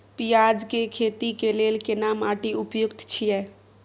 पियाज के खेती के लेल केना माटी उपयुक्त छियै?